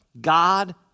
God